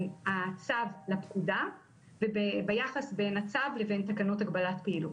הצו לפקודה וביחס בין הצו לבין תקנות הגבלת פעילות.